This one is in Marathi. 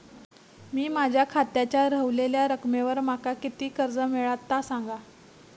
मी माझ्या खात्याच्या ऱ्हवलेल्या रकमेवर माका किती कर्ज मिळात ता सांगा?